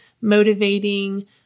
motivating